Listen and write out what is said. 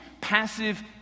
passive